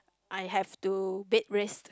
I have to bed raised